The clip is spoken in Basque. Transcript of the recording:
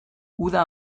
uda